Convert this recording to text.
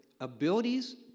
abilities